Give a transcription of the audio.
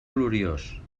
gloriós